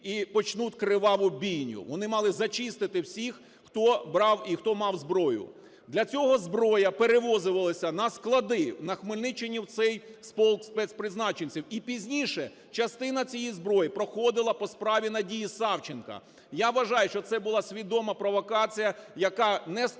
і почнуть криваву бійню. Вони мали зачистити всіх, хто брав і хто мав зброю. Для цього зброя перевозилась на склади в Хмельниччині в цей полк спецпризначенців. І пізніше частина цієї зброї проходила по справі Надії Савченко. Я вважаю, що це була свідома провокація, яка не сталася.